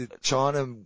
China